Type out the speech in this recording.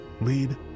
Lead